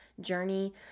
journey